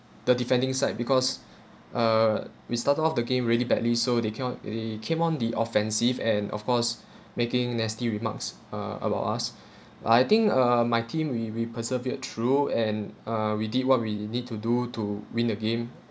the defending side because uh we started off the game really badly so they cannot already came on the offensive and of course making nasty remarks uh about us but I think uh my team we we persevered through and uh we did what we need to do to win the game